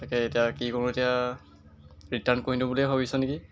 তাকে এতিয়া কি কৰোঁ এতিয়া ৰিটাৰ্ণ কৰি দিওঁ বুলিয়েই ভাবিছোঁ নেকি